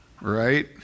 Right